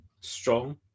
strong